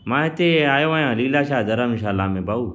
मां हिते आयो आहियां लीलाशाह धर्मशाला में भाऊ